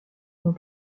dans